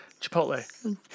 Chipotle